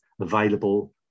available